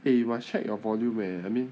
!hey! you must check your volume eh I mean